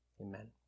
Amen